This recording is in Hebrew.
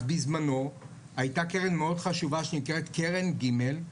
אז בזמנו הייתה קרן מאוד חשובה שנקראת קרן גימל,